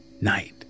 Night